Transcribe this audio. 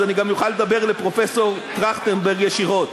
אז אני גם אוכל לדבר אל פרופסור טרכטנברג ישירות.